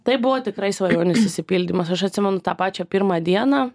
tai buvo tikrai svajonės išsipildymas aš atsimenu tą pačią pirmą dieną